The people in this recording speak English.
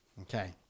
Okay